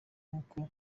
nk’uko